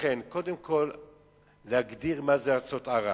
לכן, קודם כול להגדיר מה זה ארצות ערב